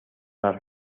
las